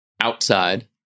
outside